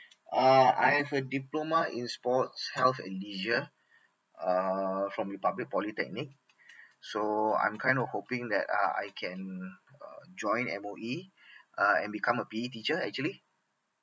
uh I have a diploma in sports health and leisure uh from republic polytechnic so I'm kind of hoping that uh I can uh join M_O_E uh and become a P_E teacher actually